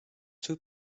two